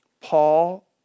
Paul